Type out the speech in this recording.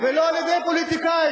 ולא על-ידי פוליטיקאים.